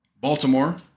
baltimore